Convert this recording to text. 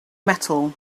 metal